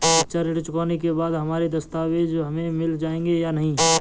शिक्षा ऋण चुकाने के बाद हमारे दस्तावेज हमें मिल जाएंगे या नहीं?